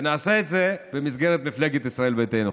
ונעשה את זה במסגרת מפלגת ישראל ביתנו,